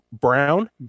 brown